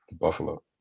Buffalo